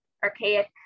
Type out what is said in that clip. archaic